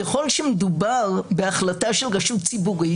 ככל שמדובר בהחלטה של רשות ציבורית,